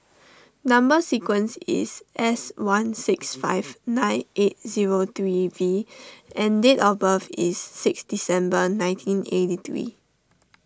Number Sequence is S one six five nine eight zero three V and date of birth is six December nineteen eighty three